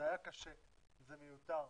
זה היה קשה, זה מיותר.